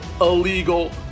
illegal